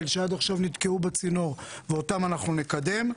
שעד עכשיו נתקעו בצינור ואותם אנחנו נקדם.